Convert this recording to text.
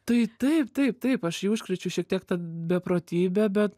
tai taip taip taip aš jį užkrėčiau šiek tiek ta beprotybe bet